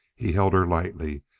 he held her lightly,